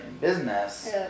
business